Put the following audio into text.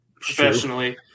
professionally